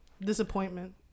Disappointment